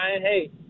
Hey